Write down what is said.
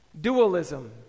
dualism